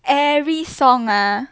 every song ah